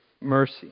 mercy